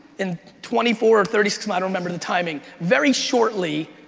in twenty four or thirty six, i don't remember the timing, very shortly,